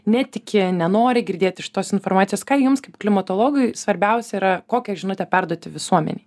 netiki nenori girdėti šitos informacijos ką jums kaip klimatologui svarbiausia yra kokią žinutę perduoti visuomenei